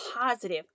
positive